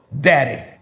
daddy